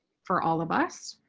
for all of us.